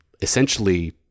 essentially